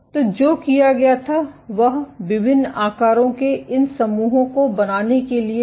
तो जो किया गया था वह विभिन्न आकारों के इन समूहों को बनाने के लिए था